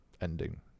ending